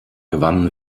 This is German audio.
gewannen